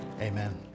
amen